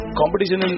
competition